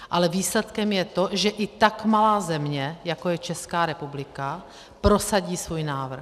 Ale výsledkem je to, že i tak malá země, jako je Česká republika, prosadí svůj návrh.